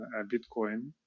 Bitcoin